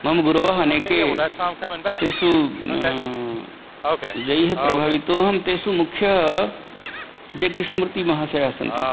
मम गुरवः अनेके तेषु यैः प्रभावितोऽहं तेषु मुख्यः ये कृष्णमूर्तिमहाशयाः सन्ति